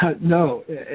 No